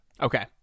Okay